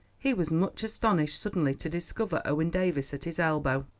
he was much astonished suddenly to discover owen davies at his elbow.